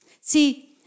See